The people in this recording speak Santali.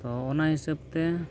ᱛᱚ ᱚᱱᱟ ᱦᱤᱥᱟᱹᱵᱽ ᱛᱮ